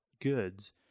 goods